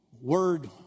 Word